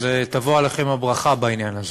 אז תבוא עליכם הברכה בעניין הזה.